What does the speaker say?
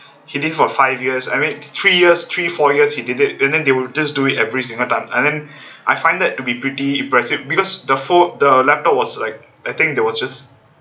he did for five years I mean three years three four years he did it and then they will just do it every single time and then I find that to be pretty impressive because the phone the laptop was like I think there was this